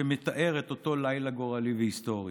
שמתאר את אותו לילה גורלי והיסטורי: